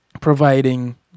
providing